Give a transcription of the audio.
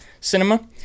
cinema